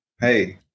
hey